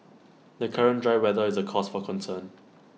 the current dry weather is A cause for concern